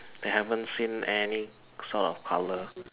They haven't seen any sort of colour